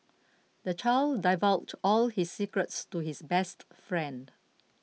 the child divulged all his secrets to his best friend